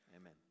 Amen